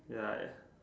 ya